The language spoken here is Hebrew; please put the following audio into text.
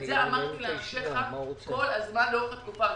ואת זה אמרתי לאנשיך כל הזמן לאורך התקופה.